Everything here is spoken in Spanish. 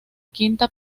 quinta